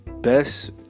best